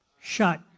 Shut